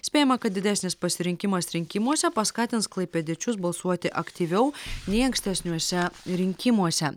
spėjama kad didesnis pasirinkimas rinkimuose paskatins klaipėdiečius balsuoti aktyviau nei ankstesniuose rinkimuose